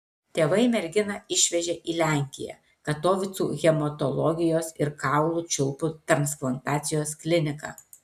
tėvai merginą išvežė į lenkiją katovicų hematologijos ir kaulų čiulpų transplantacijos kliniką